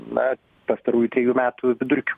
na pastarųjų trejų metų vidurkių